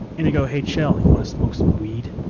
and he goes, hey, kjell. you wanna smoke some weed?